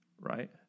right